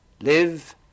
live